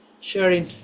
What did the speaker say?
sharing